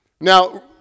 Now